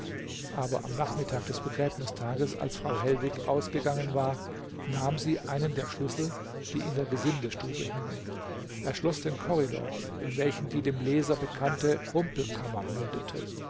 aber am nachmittag des begräbnistages als frau hellwig ausgegangen war nahm sie einen der schlüssel die in der gesindestube hingen er schloß den korridor in welchen die dem leser bekannte rumpelkammer mündete